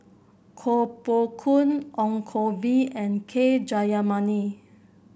Koh Poh Koon Ong Koh Bee and K Jayamani